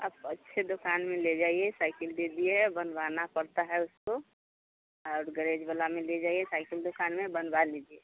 आप अच्छे दुकान में ले जाइए साइकिल दे दिए है बनवाना पड़ता है उसको और गरेज वाला में ले जाइए साइकिल दुकान में बनवा लीजिए